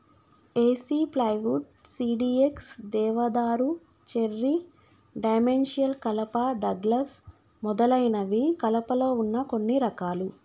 ఏసి plywood, CDX, దేవదారు, cherry, dimensional కలప, Douglas మొదలైనవి కలపలో వున్న కొన్ని రకాలు